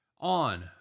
on